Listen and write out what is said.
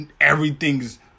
everything's